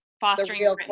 fostering